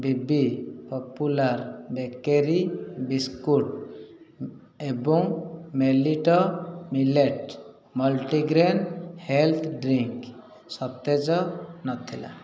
ବି ବି popular bakery biscuit ଏବଂ ମେଲିଟୋ ମିଲେଟ୍ ମଲ୍ଟିଗ୍ରେନ୍ ହେଲ୍ଥ୍ ଡ୍ରିଙ୍କ୍ ସତେଜ ନଥିଲା